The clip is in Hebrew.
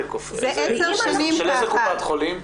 של איזה קופת חולים?